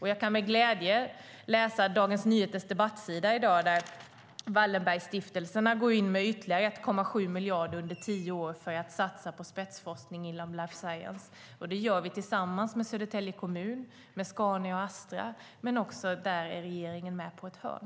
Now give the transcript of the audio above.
Jag kan med glädje läsa Dagens Nyheters debattsida i dag där det framgår att Wallenbergstiftelserna går in med ytterligare 1,7 miljarder under tio år till satsningar på spetsforskning inom life science. Det sker tillsammans med Södertälje kommun, Scania och Astra, och även regeringen är med på ett hörn.